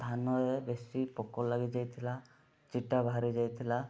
ଧାନରେ ବେଶୀ ପୋକ ଲାଗିଯାଇଥିଲା ଚିଟା ବାହାରିଯାଇଥିଲା